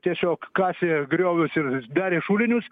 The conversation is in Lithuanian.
tiesiog kasė griovius ir darė šulinius